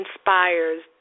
inspires